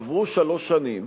עברו שלוש שנים,